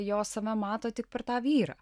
jos save mato tik per tą vyrą